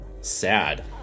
sad